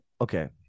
okay